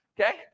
okay